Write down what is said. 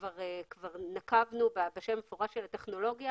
כבר נקבנו בשם המפורש של הטכנולוגיה